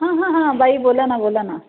हां हां हां बाई बोला ना बोला ना